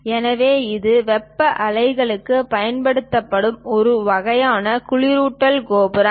எனவே இது வெப்ப ஆலைகளுக்கு பயன்படுத்தப்படும் ஒரு வகையான குளிரூட்டும் கோபுரம்